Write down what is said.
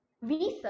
research